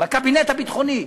בקבינט הביטחוני.